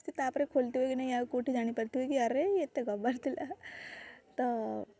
ସେ ତା'ପରେ ଖୋଲିଥିବ କି ନାହିଁ ଆଉ କେଉଁଠି ଜାଣିପାରିଥିବେ ଆରେ ଏତେ ଗବାର ଥିଲା ତ